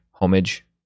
homage